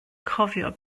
cofio